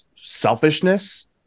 selfishness